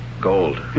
Gold